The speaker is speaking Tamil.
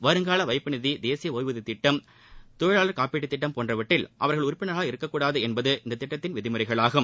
வருங்கால வைப்பு நிதி தேசிய ஓய்வூதியத்திட்டம் தொழிலாளர் காப்பீட்டுத் திட்டம் போன்றவற்றில் அவர்கள் உறுப்பினர்களாக இருக்கக் கூடாது என்பது இத்திட்டத்திற்கான விதிமுறைகளாகும்